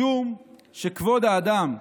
משום שכבוד האדם,